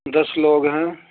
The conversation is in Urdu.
دس لوگ ہیں